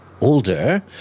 older